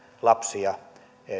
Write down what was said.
lapsia